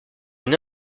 une